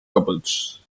couples